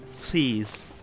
Please